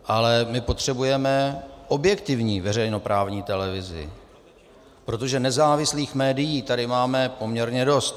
Ale my potřebujeme objektivní veřejnoprávní televizi, protože nezávislých médií tady máme poměrně dost.